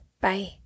Bye